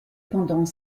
pendant